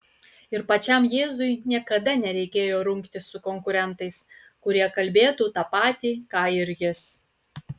ir pačiam jėzui niekada nereikėjo rungtis su konkurentais kurie kalbėtų tą patį ką ir jis